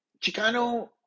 Chicano